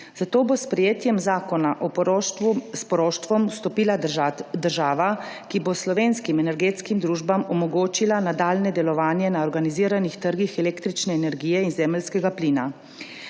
Zato bo s sprejetjem zakona o poroštvu s poroštvom vstopila država, ki bo slovenskim energetskim družbam omogočila nadaljnje delovanje na organiziranih trgih električne energije in zemeljskega plina.